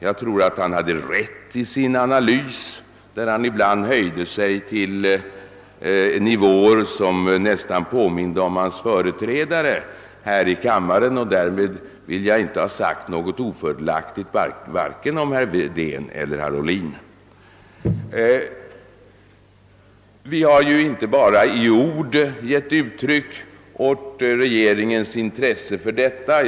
Jag tror att herr Wedén hade rätt i sin analys, i vilken han ibland höjde sig till nivåer som nästan påminde om hans företrädare här i kammaren. Därmed vill jag inte ha sagt något ofördelaktigt om vare sig herr Wedén eller herr Ohlin. Regeringen har inte bara i ord givit uttryck åt sitt intresse för dessa problem.